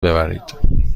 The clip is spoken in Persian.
ببرید